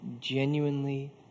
genuinely